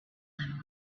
him